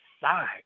side